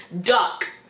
duck